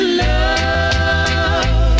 love